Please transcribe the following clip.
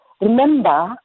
Remember